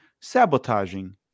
Sabotaging